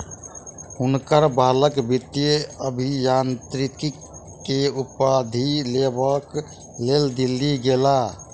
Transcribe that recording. हुनकर बालक वित्तीय अभियांत्रिकी के उपाधि लेबक लेल दिल्ली गेला